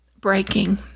breaking